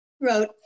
wrote